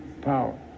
power